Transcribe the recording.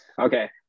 Okay